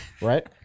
right